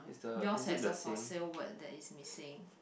yours has a for sales word that is missing